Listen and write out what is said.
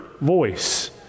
voice